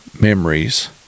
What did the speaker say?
memories